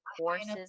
courses